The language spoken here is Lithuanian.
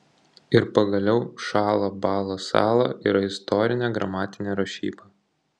ir pagaliau šąla bąla sąla yra istorinė gramatinė rašyba